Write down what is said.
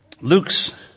Luke's